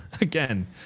Again